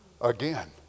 again